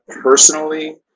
personally